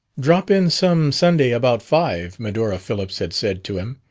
drop in some sunday about five, medora phillips had said to him,